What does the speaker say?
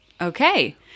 Okay